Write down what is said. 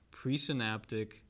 presynaptic